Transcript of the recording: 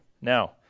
Now